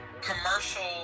commercial